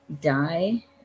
die